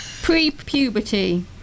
Pre-puberty